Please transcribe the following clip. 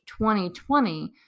2020